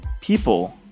people